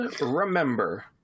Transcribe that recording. remember